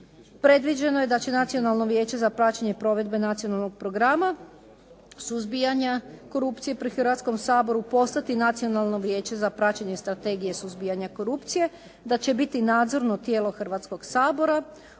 predviđeno je da će Nacionalno vijeće za praćenje provedbe nacionalnog programa suzbijanja korupcije pri Hrvatskom saboru postati Nacionalno vijeće za praćenje strategije suzbijanja korupcije, da će biti nadzorno tijelo Hrvatskog sabora,